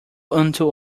unto